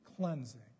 cleansing